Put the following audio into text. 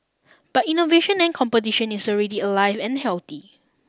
but innovation and competition is already alive and healthy